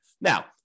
Now